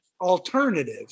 alternative